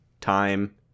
time